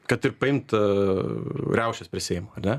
kad ir paimt aaa riaušes prie seimo ar ne